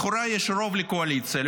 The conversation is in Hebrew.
לכאורה יש לקואליציה רוב,